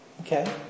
Okay